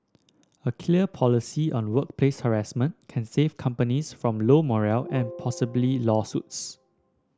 a clear policy on workplace harassment can save companies from low morale and possibly lawsuits